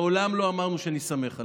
מעולם לא אמרנו שנסתמך עליכם.